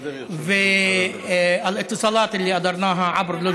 הבריאות הביאו בסופו של דבר לכך שהעברנו את החוק